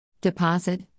Deposit